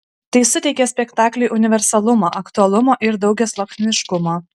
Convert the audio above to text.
tai suteikia spektakliui universalumo aktualumo ir daugiasluoksniškumo